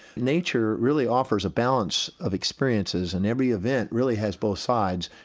nature really offers a balance of experiences and every event really has both sides,